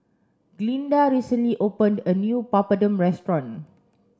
Glynda recently opened a new Papadum restaurant